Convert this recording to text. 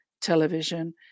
television